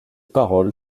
parole